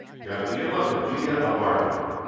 gabriela padilla-abarca,